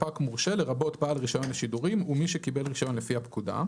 "ספק מורשה" לרבות בעל רישיון לשידורים ומי שקיבל רישיון לפי הפקודה,